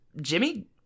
Jimmy